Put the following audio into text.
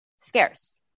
scarce